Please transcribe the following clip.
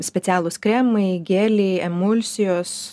specialūs kremai geliai emulsijos